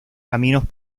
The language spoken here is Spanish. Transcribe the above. caminos